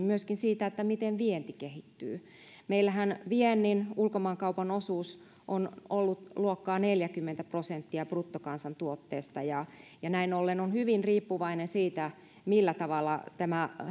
myöskin siitä miten vienti kehittyy meillähän viennin ulkomaankaupan osuus on ollut luokkaa neljäkymmentä prosenttia bruttokansantuotteesta ja ja näin ollen se on hyvin riippuvaista siitä millä tavalla tämä